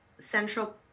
central